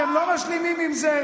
אתם לא משלימים עם זה.